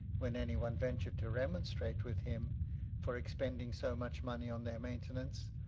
when any one ventured to remonstrate with him for expending so much money on their maintenance,